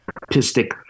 artistic